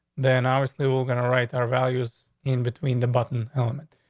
then obviously we're gonna write our values in between the button helmet.